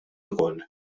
ukoll